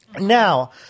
Now